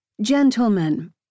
Gentlemen